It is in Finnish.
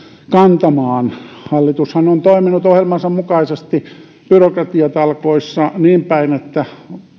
kantamaan hallitushan on toiminut ohjelmansa mukaisesti byrokratiatalkoissa niin päin että